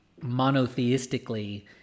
monotheistically